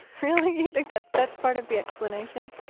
really? you think that's that's part of the explanation?